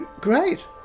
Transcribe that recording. Great